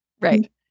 Right